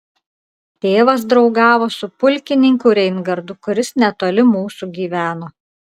tėvas draugavo su pulkininku reingardu kuris netoli mūsų gyveno